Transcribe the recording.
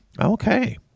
Okay